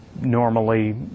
normally